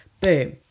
Boom